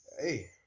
Hey